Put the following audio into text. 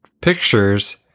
pictures